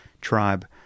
tribe